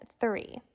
three